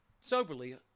soberly